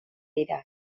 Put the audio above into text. dira